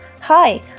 hi